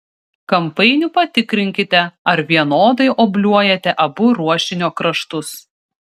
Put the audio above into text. kampainiu patikrinkite ar vienodai obliuojate abu ruošinio kraštus